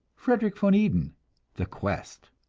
frederik van eeden the quest.